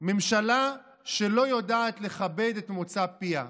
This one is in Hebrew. ממשלה שלא יודעת לכבד את מוצא פיה.